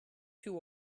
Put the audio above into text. too